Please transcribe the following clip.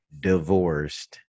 divorced